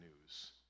news